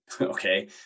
okay